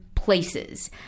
places